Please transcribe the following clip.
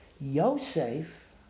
Yosef